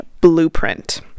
blueprint